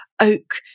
oak